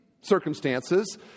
circumstances